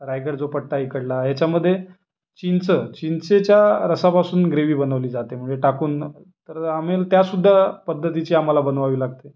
रायगड जो पट्टा आहे इकडला येच्यामध्ये चिंच चिंचेच्या रसापासून ग्रेवी बनवली जाते म्हणजे टाकून तर आम्ही त्यासुद्धा पद्धतीची आम्हाला बनवावी लागते